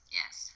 yes